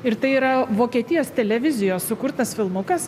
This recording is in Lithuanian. ir tai yra vokietijos televizijos sukurtas filmukas